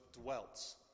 dwelt